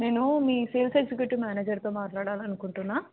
నేను మీ sales executive మేనేజర్తో మాట్లాడాలనుకుంటున్నాను